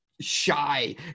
shy